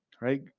Right